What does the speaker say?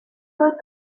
faute